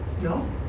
No